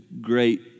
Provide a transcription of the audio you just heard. great